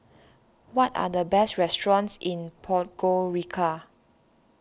what are the best restaurants in Podgorica